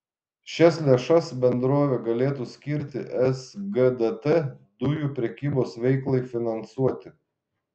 šias lėšas bendrovė galėtų skirti sgdt dujų prekybos veiklai finansuoti